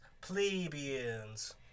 plebeians